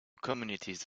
communities